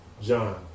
John